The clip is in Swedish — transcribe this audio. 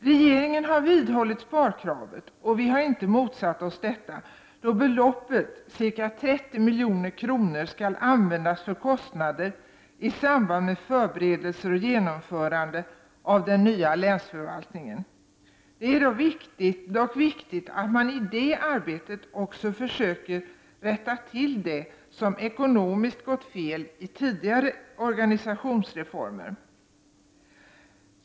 Regeringen har vidhållit sparkravet, och vi har inte motsatt oss detta då beloppet, ca 30 milj.kr., skall användas för kostnader i samband med förbe redelser och genomförande av den nya länsförvaltningen. Det är dock viktigt att man i det arbetet också försöker rätta till det som ekonomiskt gått fel i tidigare organisationsreformer.